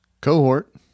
cohort